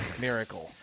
Miracle